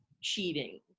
cheating